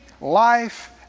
life